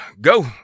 go